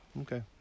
Okay